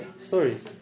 stories